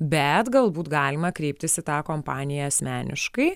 bet galbūt galima kreiptis į tą kompaniją asmeniškai